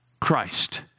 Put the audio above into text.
Christ